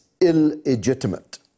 illegitimate